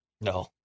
No